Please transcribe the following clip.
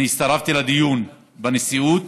אני הצטרפתי לדיון בנשיאות